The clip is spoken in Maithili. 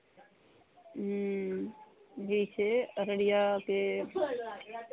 ह्म्म जी छै अररियाके